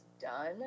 done